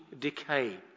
decay